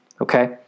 Okay